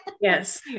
Yes